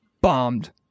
bombed